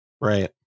Right